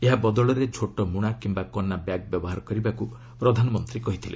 ଏହା ବଦଳରେ ଝୋଟମୁଣା କିମ୍ବା କନା ବ୍ୟାଗ୍ ବ୍ୟବହାର କରିବାକୁ ପ୍ରଧାନମନ୍ତ୍ରୀ କହିଥିଲେ